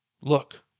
Look